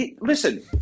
listen